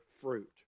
fruit